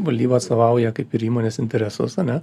valdyba atstovauja kaip ir įmonės interesus ane